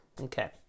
Okay